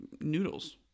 noodles